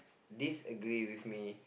disagree with me